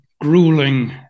grueling